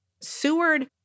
Seward